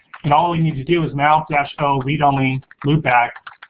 and all we need to do is mount-o, so re-domain, loop back,